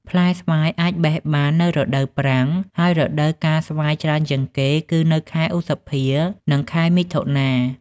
ផ្លែស្វាយអាចបេះបាននៅរដូវប្រាំង ហើយរដូវកាលស្វាយច្រើនជាងគេគឺនៅខែឧសភា និងខែមិថុនា។